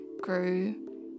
grew